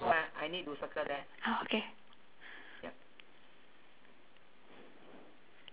ah okay